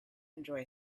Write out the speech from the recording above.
enjoy